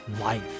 life